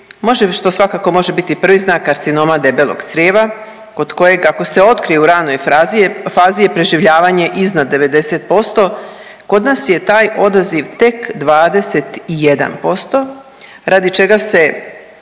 što svakako može biti prvi znak karcinoma debelog crijeva, kod kojeg, ako se otkrije u ranoj frazi je, fazi je preživljavanje iznad 90%, kod nas je taj odaziv tek 21%, radi čega se